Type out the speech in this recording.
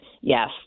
yes